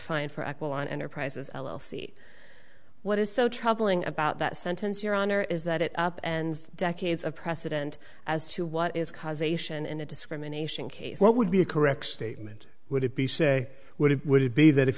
on enterprises l l c what is so troubling about that sentence your honor is that it up and decades of precedent as to what is cause a sion in a discrimination case what would be a correct statement would it be say would it would it be that if